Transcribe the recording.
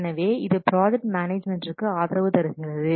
எனவே இது ப்ராஜெக்ட் மேனேஜ்மெண்டிற்கு ஆதரவு தருகிறது